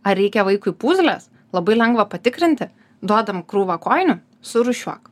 ar reikia vaikui puzlės labai lengva patikrinti duodam krūvą kojinių surūšiuok